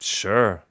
sure